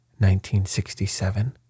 1967